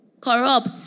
Corrupt